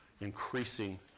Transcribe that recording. increasing